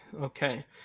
okay